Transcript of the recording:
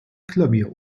klavier